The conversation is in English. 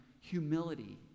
humility